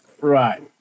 right